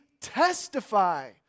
testify